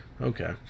Okay